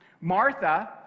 Martha